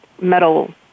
metal